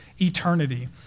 eternity